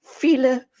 Viele